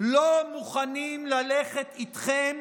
לא מוכנים ללכת איתכם